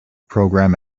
program